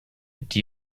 die